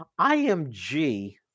IMG